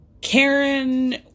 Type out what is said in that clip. Karen